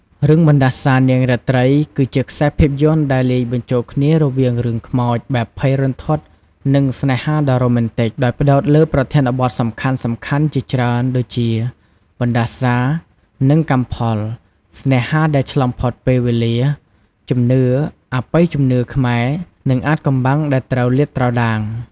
រឿងបណ្ដាសានាងរាត្រីគឺជាខ្សែភាពយន្តដែលលាយបញ្ចូលគ្នារវាងរឿងខ្មោចបែបភ័យរន្ធត់ និងស្នេហាដ៏រ៉ូមែនទិក ដោយផ្តោតលើប្រធានបទសំខាន់ៗជាច្រើនដូចជា បណ្ដាសា និងកម្មផល ស្នេហាដែលឆ្លងផុតពេលវេលា ជំនឿអបិយជំនឿខ្មែរ នឹងអាថ៌កំបាំងដែលត្រូវលាតត្រដាង ។